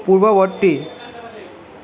পূৰ্ববৰ্তী